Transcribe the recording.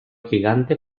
gigante